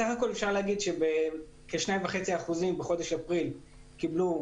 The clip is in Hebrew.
בסך הכול אפשר להגיד שכ-2.5% בחודש אפריל קיבלו